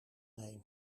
heen